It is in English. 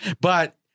But-